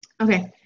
Okay